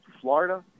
Florida